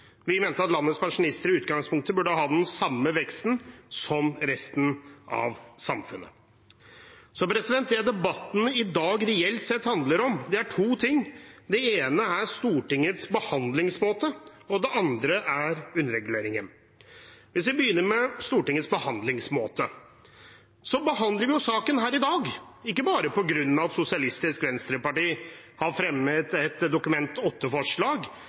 Vi mente at landets pensjonister i utgangspunktet burde ha den samme veksten som resten av samfunnet. Så det debatten i dag reelt sett handler om, er to ting: Det ene er Stortingets behandlingsmåte, og det andre er underreguleringen. La oss begynne med Stortingets behandlingsmåte: Vi behandler denne saken i dag ikke bare på grunn av at Sosialistisk Venstreparti har fremmet et Dokument